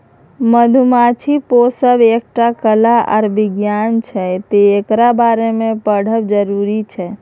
मधुमाछी पोसब एकटा कला आर बिज्ञान छै तैं एकरा बारे मे पढ़ब जरुरी छै